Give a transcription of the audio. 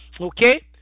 Okay